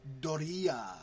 Doria